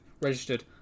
registered